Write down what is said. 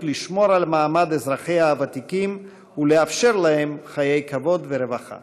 לשמור על מעמד אזרחיה הוותיקים ולאפשר להם חיי כבוד ורווחה.